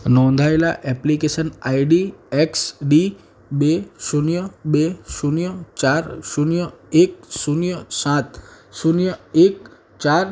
નોંધાયેલા application ID X D બે શૂન્ય બે શૂન્ય ચાર શૂન્ય એક શૂન્ય સાત શૂન્ય એક ચાર